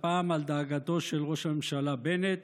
והפעם על דאגתו של ראש הממשלה בנט